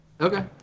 Okay